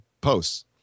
posts